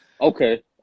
Okay